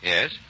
Yes